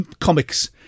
Comics